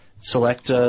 select